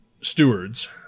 Stewards